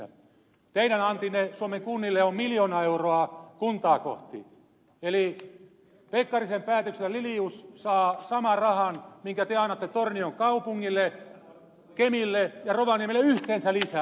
teidän antinne suomen kunnille on miljoona euroa kuntaa kohti eli pekkarisen päätöksellä lilius saa saman rahan minkä te annatte tornion kaupungille kemille ja rovaniemelle yhteensä lisää